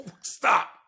Stop